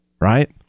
right